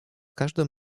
każdym